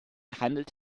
handelt